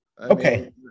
Okay